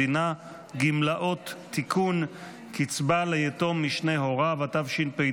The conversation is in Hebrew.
אני קובע כי הצעת חוק הסדרים במשק המדינה (תיקוני חקיקה להשגת יעדי